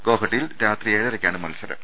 ഗോഹട്ടിയിൽ രാത്രി ഏഴരയ്ക്കാണ് മത്സരം